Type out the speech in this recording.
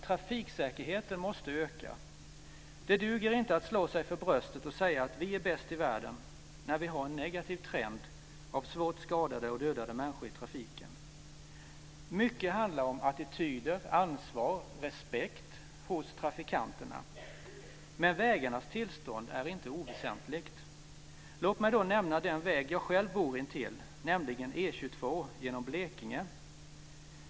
Trafiksäkerheten måste öka. Det duger inte att slå sig för bröstet och säga att vi är bäst i världen när vi har en negativ trend av svårt skadade och dödade människor i trafiken. Mycket handlar om attityder, ansvar och respekt hos trafikanterna, men vägarnas tillstånd är inte oväsentligt. Låt mig då nämna den väg jag själv bor intill, nämligen E 22 genom Blekinge.